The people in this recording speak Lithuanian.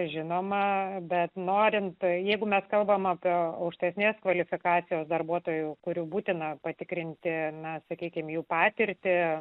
žinoma bet norime tai jeigu mes kalbame apie aukštesnės kvalifikacijos darbuotojų kurių būtina patikrinti na sakykime jų patirtį